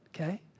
okay